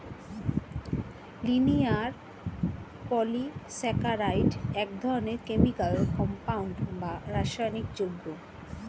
linear polysaccharide এক ধরনের chemical compound বা রাসায়নিক যৌগ